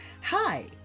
Hi